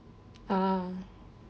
ah